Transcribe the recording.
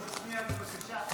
עוד שנייה, בבקשה.